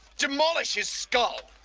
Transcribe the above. demolish his skull.